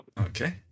Okay